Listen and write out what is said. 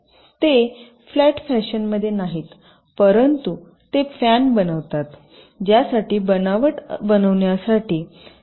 ते फ्लॅट फॅशनमध्ये नाहीत परंतु ते फॅन बनवितात ज्यासाठी बनावट बनवण्यासाठी स्माललर एरिया आवश्यक असते